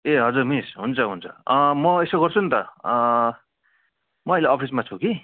ए हजुर मिस हुन्छ हुन्छ म यसो गर्छु नि त म अहिले अफिसमा छु कि